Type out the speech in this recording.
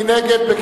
מי נגד?